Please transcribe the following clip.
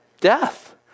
death